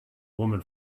woman